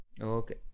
Okay